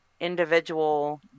individual